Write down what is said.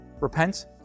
Repent